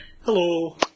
Hello